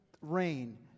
rain